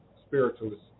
spiritualist